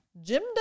Jim